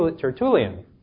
Tertullian